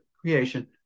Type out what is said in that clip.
creation